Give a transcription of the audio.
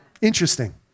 Interesting